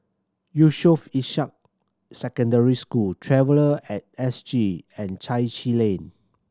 Yusof Ishak Secondary School Traveller At S G and Chai Chee Lane